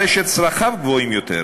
הרי שצרכיו גבוהים יותר,